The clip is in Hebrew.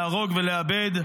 להרוג ולאבד,